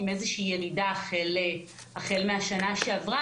עם איזו שהיא ירידה החל מהשנה שעברה,